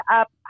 up